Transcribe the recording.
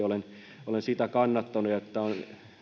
olen olen sitä kannattanut on